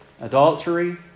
Adultery